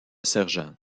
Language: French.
sergent